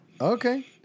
Okay